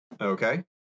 Okay